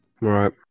Right